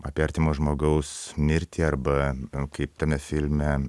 apie artimo žmogaus mirtį arba kaip tame filme